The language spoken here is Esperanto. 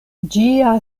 ĝia